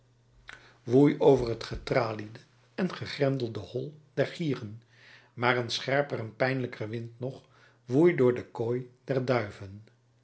woei over het getraliede en gegrendelde hol der gieren maar een scherper en pijnlijker wind nog woei door de kooi der duiven